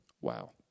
Wow